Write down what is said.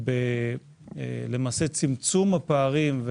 בצמצום פערים.